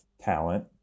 talent